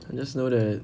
I just know that